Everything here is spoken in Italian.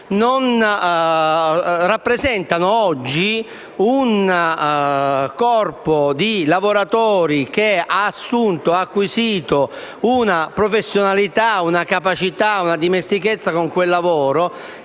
e rappresentano oggi un corpo di lavoratori che ha acquisito una professionalità, una capacità e una dimestichezza con quel lavoro,